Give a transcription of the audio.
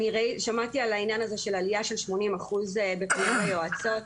שמעתי על העניין הזה של עלייה של 80% בפנייה ליועצות.